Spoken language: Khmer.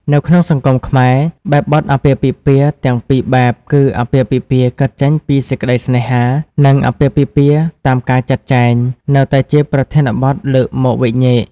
នៅក្នុងសង្គមខ្មែរ បែបបទអាពាហ៍ពិពាហ៍ទាំងពីរបែប គឺអាពាហ៍ពិពាហ៍កើតចេញពីសេចក្តីស្នេហា និងអាពាហ៍ពិពាហ៍តាមការចាត់ចែង នៅតែជាប្រធានបទលើកមកវែកញែក។